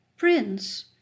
Prince